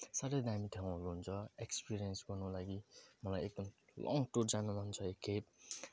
साह्रै दामी ठाउँहरू हुन्छ एक्सपिरियन्स गर्नुको लागि मलाई एकपल्ट लङ टुर जानु मन छ एक खेप